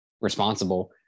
responsible